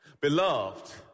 Beloved